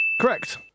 Correct